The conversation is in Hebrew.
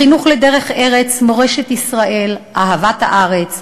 בחינוך לדרך ארץ, מורשת ישראל, אהבת הארץ,